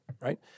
right